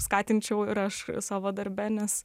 skatinčiau ir aš savo darbe nes